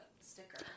sticker